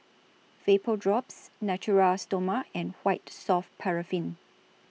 Vapodrops Natura Stoma and White Soft Paraffin